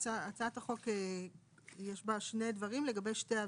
בהצעת החוק יש שני דברים לגבי שתי עבירות.